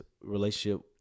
relationship